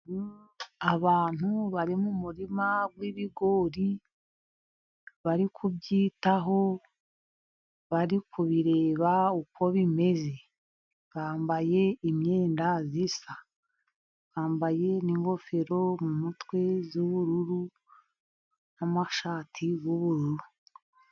Abantu bari mu murima w' ibigori bari kubyitaho, bari kubireba uko bimeze, bambaye imyenda isa, bambaye n' ingofero mu mutwe z' ubururu na mashati y' ubururu.